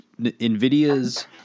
Nvidia's